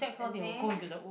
a dare